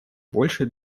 больше